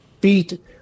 beat